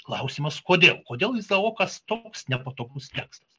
klausimas kodėl kodėl izaokas toks nepatogus tekstas